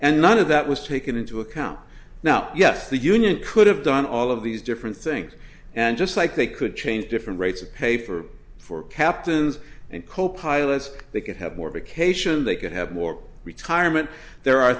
and none of that was taken into account now yes the union could have done all of these different things and just like they could change different rates of pay for for captains and copilot they could have more vacation they could have more retirement there are